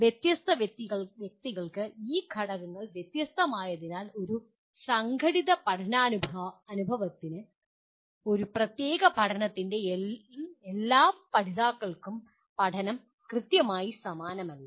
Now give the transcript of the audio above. വ്യത്യസ്ത വ്യക്തികൾക്ക് ഈ ഘടകങ്ങൾ വ്യത്യസ്തമായതിനാൽ ഒരു സംഘടിത പഠനാനുഭവത്തിൽ ഒരു പ്രത്യേക പഠനത്തിലെ എല്ലാ പഠിതാക്കൾക്കും പഠനം കൃത്യമായി സമാനമല്ല